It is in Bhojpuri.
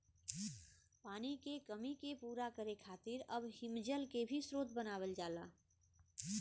पानी के कमी के पूरा करे खातिर अब हिमजल के भी स्रोत बनावल जाला